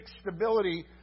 stability